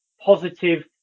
positive